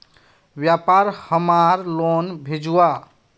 व्यापार हमार लोन भेजुआ?